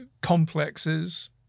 complexes